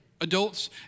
Adults